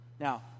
now